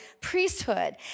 priesthood